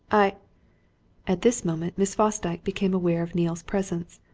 i at this moment miss fosdyke became aware of neale's presence,